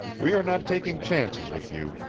we are not taking chances with you.